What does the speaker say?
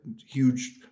huge